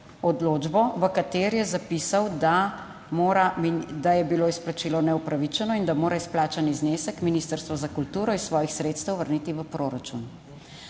odločbo, v kateri je zapisal, da je bilo izplačilo neupravičeno in da mora izplačan znesek ministrstvo za kulturo iz svojih sredstev vrniti v proračun.